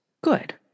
Good